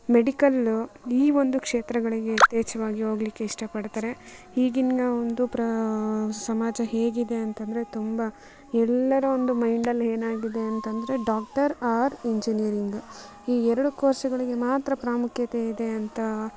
medical ಈ ಒಂದು ಕ್ಷೇತ್ರಗಳಿಗೆ ಯಥೇಚ್ಛವಾಗಿ ಹೋಗ್ಲಿಕ್ಕೆ ಇಷ್ಟಪಡ್ತಾರೆ ಈಗಿನ ಒಂದು ಪ್ರಾ ಸಮಾಜ ಹೇಗಿದೆ ಅಂತಂದರೆ ತುಂಬ ಎಲ್ಲರ ಒಂದು ಮೈಂಡಲ್ಲಿ ಏನಾಗಿದೆ ಅಂತಂದರೆ ಡಾಕ್ಟರ್ ಆರ್ ಇಂಜಿನಿಯರಿಂಗ ಈ ಎರಡು ಕೋರ್ಸುಗಳಿಗೆ ಮಾತ್ರ ಪ್ರಾಮುಖ್ಯತೆ ಇದೆ ಅಂತ